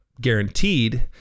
guaranteed